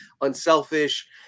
unselfish